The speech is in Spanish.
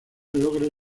logra